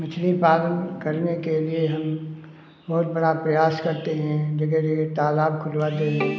मछली पालन करने के लिए हम बहुत बड़ा प्रयास करते हैं जगह जगह तालाब खुदवाते हैं